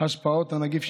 השפעות הנגיף,